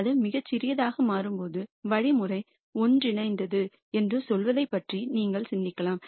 அது மிகச் சிறியதாக மாறும்போது வழிமுறை ஒன்றிணைந்தது என்று சொல்வதைப் பற்றி நீங்கள் சிந்திக்கலாம்